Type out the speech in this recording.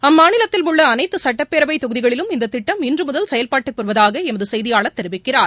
அம்மாநிலத்தில் உள்ள அனைத்து சுட்டப்பேரவைத் தொகுதிகளிலும் இந்த திட்டம் இன்று முதல் செயல்பாட்டுக்கு வருவதாக எமது செய்தியாளர் தெரிவிக்கிறார்